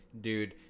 Dude